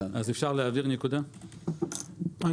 אני